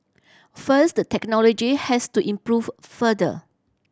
first the technology has to improve further